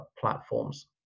platforms